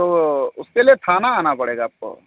तो उसके लिए थाना आना पड़ेगा आपको